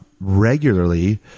regularly